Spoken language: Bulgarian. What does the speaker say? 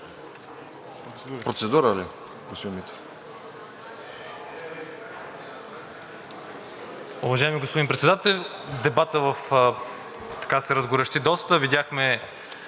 Процедура ли, господин Митев?